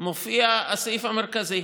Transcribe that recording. מופיע הסעיף המרכזי.